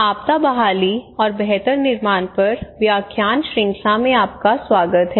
आपदा बहाली और बेहतर निर्माण पर व्याख्यान श्रृंखला में आपका स्वागत है